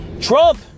Trump